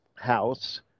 house